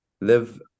live